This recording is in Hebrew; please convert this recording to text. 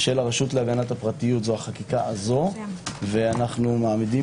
של הרשות להגנת הפרטיות זו החקיקה הזו ואנו מעמידים